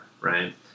right